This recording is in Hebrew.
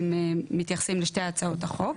אם מתייחסים לשתי הצעות החוק.